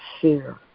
fear